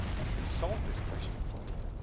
that could solve this question for me,